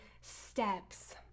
steps